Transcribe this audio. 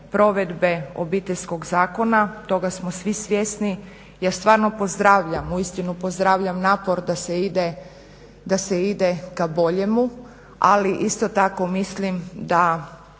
provedbe Obiteljskog zakona, toga smo svi svjesni. Ja stvarno pozdravljam, uistinu pozdravljam napor da se ide ka boljemu ali isto tako mislim da